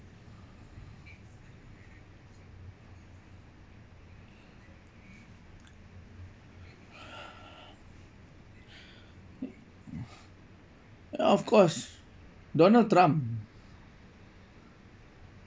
of course donald trump